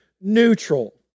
neutral